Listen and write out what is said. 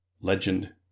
Legend